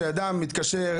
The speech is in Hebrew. כשאדם מתקשר,